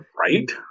Right